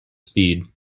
speed